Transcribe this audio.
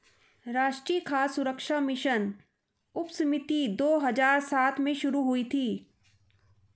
राष्ट्रीय खाद्य सुरक्षा मिशन उपसमिति दो हजार सात में शुरू हुई थी